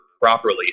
properly